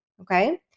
Okay